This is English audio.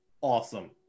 awesome